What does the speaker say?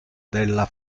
della